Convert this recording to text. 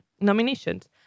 nominations